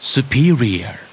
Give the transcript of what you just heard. Superior